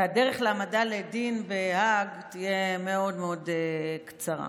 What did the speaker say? והדרך להעמדה לדין בהאג תהיה מאוד מאוד קצרה.